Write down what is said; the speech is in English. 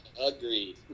Agreed